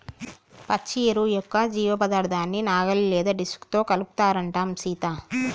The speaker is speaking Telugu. పచ్చి ఎరువు యొక్క జీవపదార్థాన్ని నాగలి లేదా డిస్క్ తో కలుపుతారంటం సీత